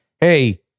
hey